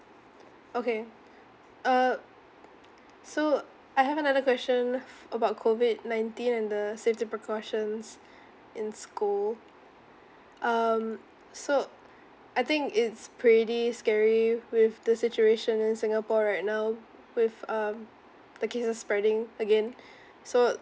okay uh so I have another question about COVID nineteen and the safety precautions in school um so I think it's pretty scary with the situation in singapore right now with um the cases spreading again so